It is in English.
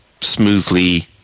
smoothly